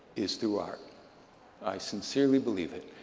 is through our i sincerely believe it.